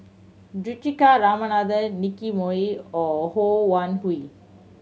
Juthika Ramanathan Nicky Moey or Ho Wan Hui